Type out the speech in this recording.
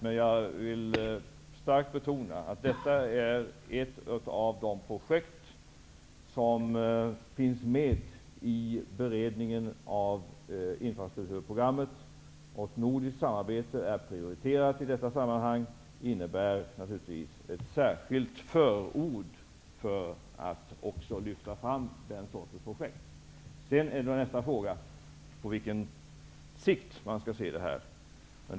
Men jag vill starkt betona att detta är ett av de projekt som finns med i beredningen av infrastrukturprogrammet. Nordiskt samarbete är prioriterat i detta sammanhang. Det innebär naturligtvis ett särskilt förord för att också lyfta fram den sortens projekt. Nästa fråga är på vilken sikt man skall se på detta.